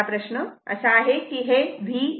आता प्रश्न असा आहे की हे V Vm sin ω t आहे